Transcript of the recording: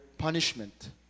punishment